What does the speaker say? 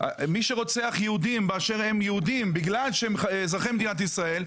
מי שרוצח יהודים באשר הם יהודים בגלל שהם אזרחי מדינת ישראל,